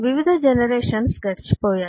వివిధ జనరేషన్స్ గడిచిపోయాయి